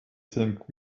think